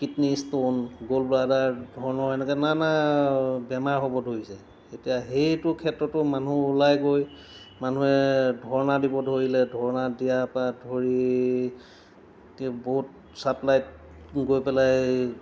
kidney stone gall bladder ধৰণৰ এনেকৈ নানা বেমাৰ হ'ব ধৰিছে এতিয়া সেইটো ক্ষেত্ৰতো মানুহ ওলাই গৈ মানুহে ধৰ্ণা দিব ধৰিলে ধৰ্ণা দিয়াৰ পৰা ধৰি বত ছাপ্লাইত গৈ পেলাই